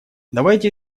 давайте